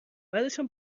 بعدشم